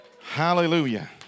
Hallelujah